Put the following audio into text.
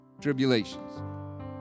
tribulations